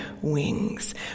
wings